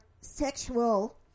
sexual